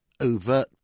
overt